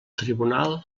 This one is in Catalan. tribunal